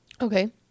Okay